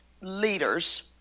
leaders